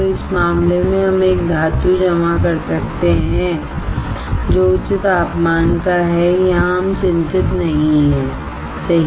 तो इस मामले में हम एक धातु जमा कर सकते हैं जो उच्च तापमान का है यहाँ हम चिंतित नहीं हैं सही